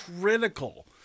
critical